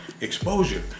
exposure